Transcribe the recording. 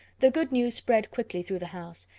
the good news spread quickly through the house,